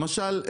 למשל,